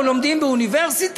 או לומדים באוניברסיטה,